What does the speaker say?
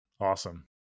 Awesome